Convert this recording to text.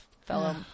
fellow